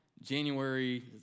January